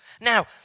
Now